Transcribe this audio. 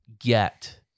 get